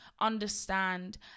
understand